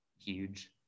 huge